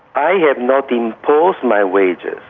i have not imposed my wages.